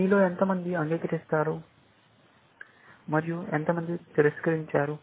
మీలో ఎంత మంది అంగీకరిస్తున్నారు మరియు ఎంతమంది తిరస్కరించారు